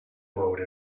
mode